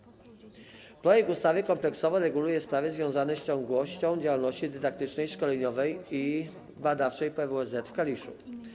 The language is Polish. Projekt ustawy kompleksowo reguluje sprawy związane z ciągłością działalności dydaktycznej, szkoleniowej i badawczej PWSZ w Kaliszu.